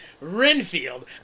Renfield